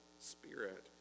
spirit